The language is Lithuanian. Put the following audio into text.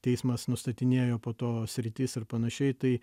teismas nustatinėjo po to sritis ir panašiai tai